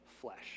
flesh